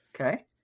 Okay